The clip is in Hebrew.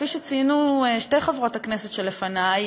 כפי שציינו שתי חברות הכנסת שלפני,